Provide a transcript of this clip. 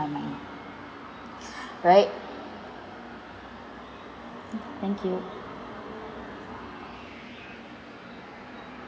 mind alright thank you